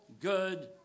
good